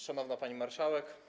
Szanowna Pani Marszałek!